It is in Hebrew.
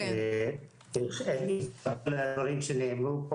הקשבתי לדברים שנאמרו,